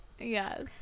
yes